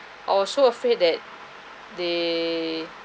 I was so afraid that they